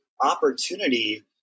opportunity